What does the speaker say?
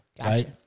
Right